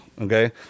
Okay